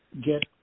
get